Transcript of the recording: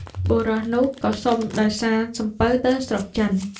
បុរសនោះក៏សុំដោយសារសំពៅទៅស្រុកចិន។